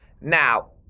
Now